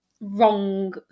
wrong